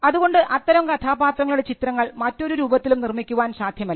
അതുകൊണ്ട് അത്തരം കഥാപാത്രങ്ങളുടെ ചിത്രങ്ങൾ മറ്റൊരു രൂപത്തിലും നിർമ്മിക്കുവാൻ സാധ്യമല്ല